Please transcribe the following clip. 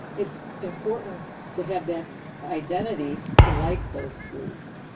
it's important to have that identity to like those foods,